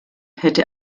hätte